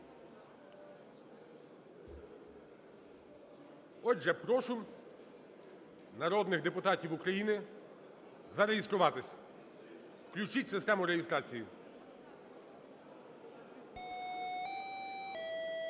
Отже, прошу народних депутатів України зареєструватись. Включіть систему реєстрації.